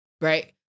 right